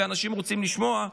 ואנשים רוצים לשמוע,